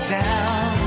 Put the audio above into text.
down